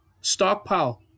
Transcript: Stockpile